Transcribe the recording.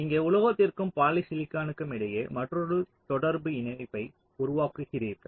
இங்கே உலோகத்திற்கும் பாலிசிலிகானுக்கும் இடையில் மற்றொரு தொடர்பு இணைப்பை உருவாக்குகிறீர்கள்